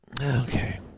Okay